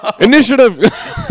Initiative